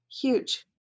huge